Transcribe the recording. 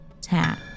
tap